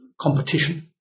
Competition